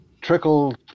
trickle